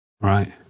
Right